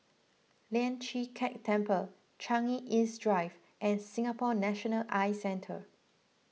Lian Chee Kek Temple Changi East Drive and Singapore National Eye Centre